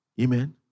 Amen